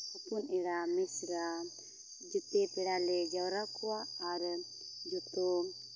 ᱦᱚᱯᱚᱱ ᱮᱨᱟ ᱢᱤᱥᱨᱟ ᱡᱮᱛᱮ ᱯᱮᱲᱟ ᱞᱮ ᱡᱟᱨᱣᱟ ᱠᱚᱣᱟ ᱟᱨ ᱡᱚᱛᱚ